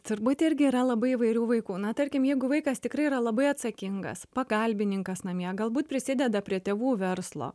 turbūt irgi yra labai įvairių vaikų na tarkim jeigu vaikas tikrai yra labai atsakingas pagalbininkas namie galbūt prisideda prie tėvų verslo